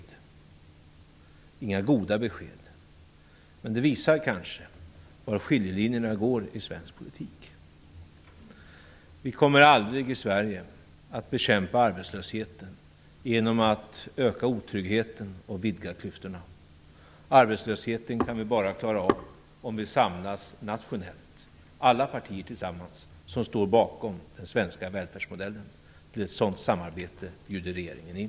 Det är inga goda besked, men de visar kanske var skiljelinjerna går i svensk politik. Vi kommer aldrig att bekämpa arbetslösheten i Sverige genom att öka otryggheten och vidga klyftorna. Arbetslösheten kan vi bara klara av om vi tillsammans samlas nationellt - alla partier som står bakom den svenska välfärdsmodellen. Till ett sådant samarbete bjuder regeringen in.